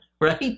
Right